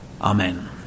Amen